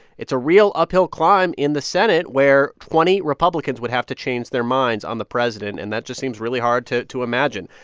it's a real uphill climb in the senate, where twenty republicans would have to change their minds on the president. and that just seems really hard to to imagine.